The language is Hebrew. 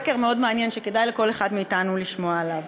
סקר מאוד מעניין שכדאי לכל אחד מאתנו לשמוע עליו,